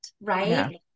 right